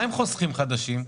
מה עם חוסכים חדשים,